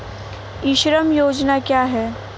ई श्रम योजना क्या है?